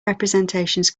representations